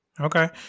Okay